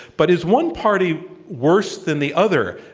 but is one party worse than the other,